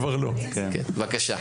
בבקשה.